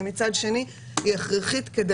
ומצד שני, היא הכרחית כדי